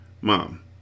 Mom